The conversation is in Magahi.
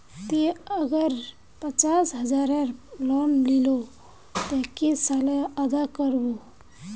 ती अगर पचास हजारेर लोन लिलो ते कै साले अदा कर बो?